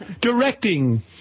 directing